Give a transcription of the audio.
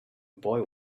boy